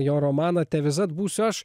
jo romaną te visad būsiu aš